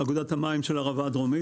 אגודת המים של ערבה הדרומית,